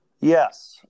yes